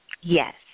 Yes